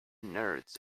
nerds